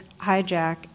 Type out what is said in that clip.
hijack